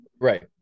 Right